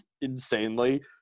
insanely